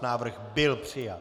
Návrh byl přijat.